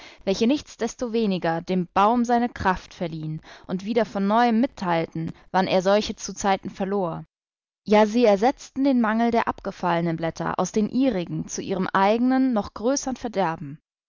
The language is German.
welche nichtsdestoweniger dem baum seine kraft verliehen und wieder von neuem mitteilten wann er solche zuzeiten verlor ja sie ersetzten den mangel der abgefallenen blätter aus den ihrigen zu ihrem eigenen noch größern verderben